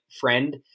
friend